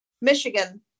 Michigan